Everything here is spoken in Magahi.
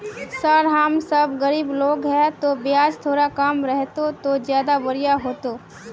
सर हम सब गरीब लोग है तो बियाज थोड़ा कम रहते तो ज्यदा बढ़िया होते